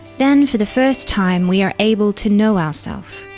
then for the first time we are able to know ourself.